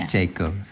Jacob